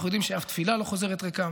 אנחנו יודעים שאף תפילה לא חוזרת ריקם